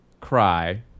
cry